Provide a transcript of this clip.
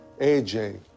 AJ